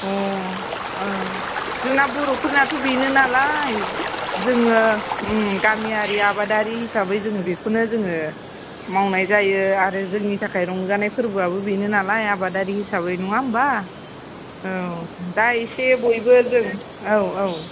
अ' औ जोंना बर'फोरनाथ' बेनो नालाय जोङो ओम गामियारि आबादारि हिसाबै जोङो बेखौनो जोङो मावनाय जायो आरो जोंनि थाखाय रंजानाय फोरबो आबो बेनो नालाय आबादारि हिसाबै नङा होनबा औ दा एसे बयबो जों औ औ